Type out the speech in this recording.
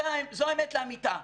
זו האמת לאמיתה.